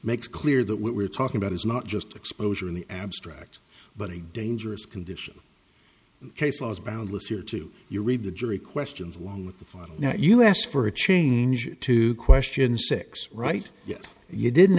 makes clear that what we're talking about is not just exposure in the abstract but a dangerous condition case law is boundless here too you read the jury questions along with the five now you ask for a change to question six right yet you didn't